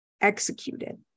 executed